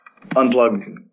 unplug